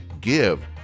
give